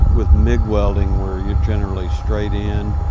with mig welding, we're yeah generally straight in,